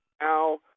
now